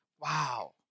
Wow